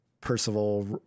Percival